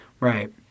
Right